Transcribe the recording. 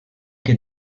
que